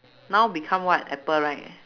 now become what apple right